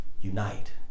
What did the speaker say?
Unite